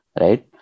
right